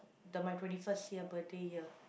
the my twenty first year birthday year